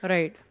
Right